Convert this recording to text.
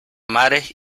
mares